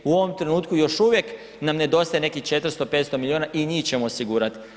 U ovom trenutku još uvijek nam nedostaje nekih 400, 500 milijuna i njih ćemo osigurati.